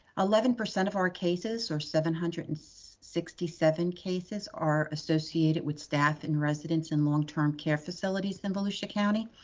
eleven percent of our cases, or seven hundred and sixty seven cases are associated with staff and residents in longterm care facilities in volusia county,